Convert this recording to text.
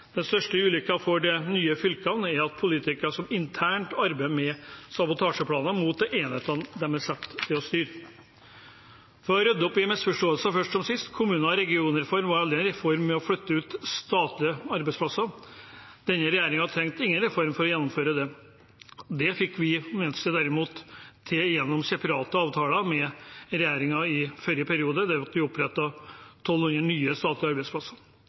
Den største ulykken for de nye fylkene er politikere som internt arbeider med sabotasjeplaner mot de enhetene de er satt til å styre. For å rydde opp i en misforståelse først som sist: Kommune- og regionreformen var aldri en reform for å flytte ut statlige arbeidsplasser. Denne regjeringen trengte ingen reform for å gjennomføre det. Det fikk vi i Venstre derimot til gjennom separate avtaler med regjeringen i forrige periode, da vi fikk opprettet 1 200 nye statlige arbeidsplasser